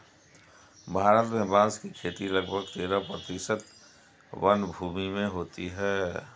भारत में बाँस की खेती लगभग तेरह प्रतिशत वनभूमि में होती है